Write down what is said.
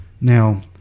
Now